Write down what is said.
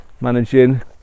managing